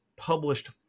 published